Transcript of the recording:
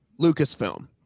Lucasfilm